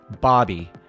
Bobby